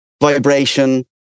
vibration